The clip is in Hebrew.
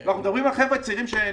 אנחנו מדברים על חבר'ה צעירים שנפטרים,